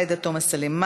עאידה תומא סלימאן,